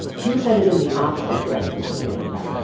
he was headed in the opposite direction from amanda.